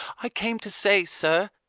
i came to say, sir,